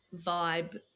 vibe